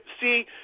see